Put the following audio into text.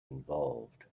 involved